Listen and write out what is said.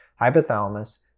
hypothalamus